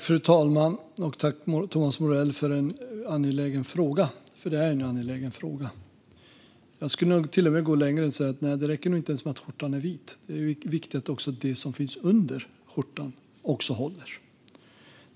Fru talman! Tack, Thomas Morell, för en angelägen fråga! Jag skulle nog till och med gå ännu längre och säga att det nog inte ens räcker att skjortan är vit, utan det är viktigt att också det som finns under skjortan håller.